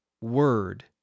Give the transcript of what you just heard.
Word